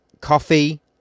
coffee